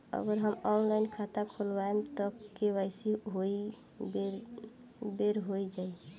अगर हम ऑनलाइन खाता खोलबायेम त के.वाइ.सी ओहि बेर हो जाई